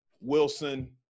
Wilson